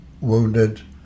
wounded